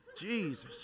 Jesus